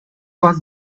was